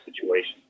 situation